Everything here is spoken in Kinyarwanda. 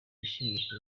yashimishije